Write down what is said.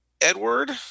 Edward